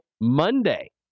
Monday